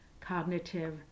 cognitive